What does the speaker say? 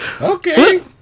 Okay